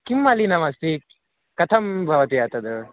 किं मलिनमस्ति कथं भवति एतद्